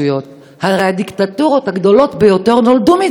הרי הדיקטטורות הגדולות ביותר נולדו מדמוקרטיה.